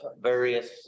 various